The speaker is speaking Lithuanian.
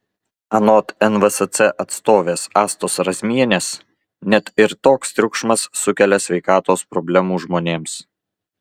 anot nvsc atstovės astos razmienės net ir toks triukšmas sukelia sveikatos problemų žmonėms